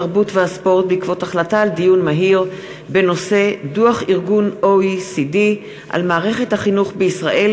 התרבות והספורט בעקבות דיון מהיר בהצעה של חברי הכנסת